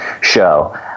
show